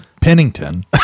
Pennington